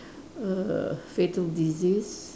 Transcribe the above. err fatal disease